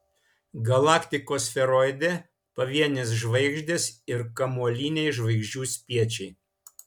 galaktikos sferoide pavienės žvaigždės ir kamuoliniai žvaigždžių spiečiai